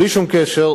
בלי שום קשר,